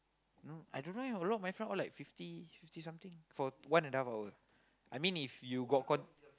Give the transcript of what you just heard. no I don't know eh a lot of my friend all like fifty fifty something for one and half hour I mean if you got con~